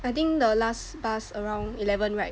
I think the last bus around eleven right